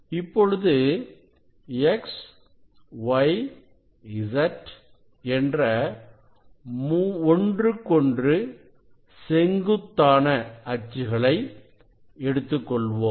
இப்பொழுது x y z என்ற 3 ஒன்றுக்கொன்று செங்குத்தான அச்சுகளை எடுத்துக்கொள்வோம்